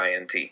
INT